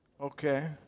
Okay